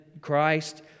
Christ